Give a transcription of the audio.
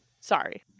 Sorry